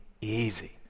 easy